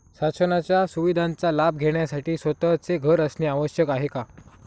शासनाच्या सुविधांचा लाभ घेण्यासाठी स्वतःचे घर असणे आवश्यक आहे का?